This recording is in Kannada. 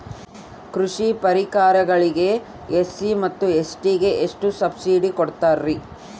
ಕೃಷಿ ಪರಿಕರಗಳಿಗೆ ಎಸ್.ಸಿ ಮತ್ತು ಎಸ್.ಟಿ ಗೆ ಎಷ್ಟು ಸಬ್ಸಿಡಿ ಕೊಡುತ್ತಾರ್ರಿ?